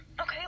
Okay